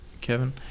Kevin